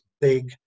big